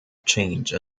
change